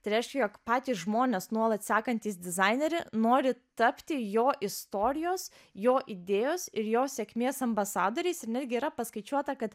tai reiškia jog patys žmonės nuolat sekantys dizainerį nori tapti jo istorijos jo idėjos ir jo sėkmės ambasadoriais ir netgi yra paskaičiuota kad